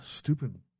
Stupid